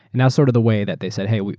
now sort of the way that they said, hey,